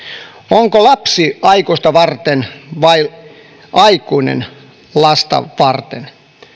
onko lapsi aikuista varten vai aikuinen lasta varten